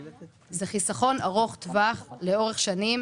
זה חיסכון ארוך טווח לאורך שנים,